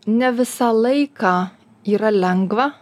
ne visą laiką yra lengva